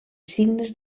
signes